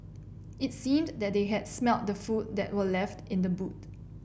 it seemed that they had smelt the food that were left in the boot